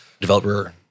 developer